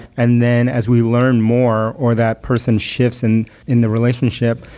and then as we learn more, or that person shifts and in the relationship,